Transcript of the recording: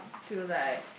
to like